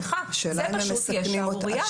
זה פשוט יהיה שערורייה.